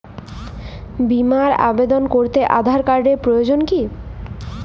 বিমার আবেদন করতে আধার কার্ডের প্রয়োজন কি?